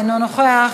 אינו נוכח,